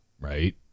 right